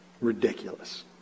Ridiculous